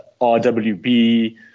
RWB